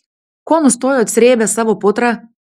ko nustojot srėbę savo putrą